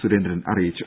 സുരേന്ദ്രൻ അറിയിച്ചു